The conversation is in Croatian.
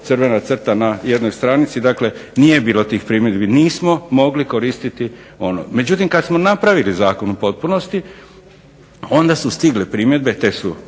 crvena crta na jednoj stranici, dakle nije bilo tih primjedbi, nismo mogli koristiti ono. Međutim kad smo napravili zakon u potpunosti, onda su stigle primjedbe, te su